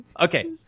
Okay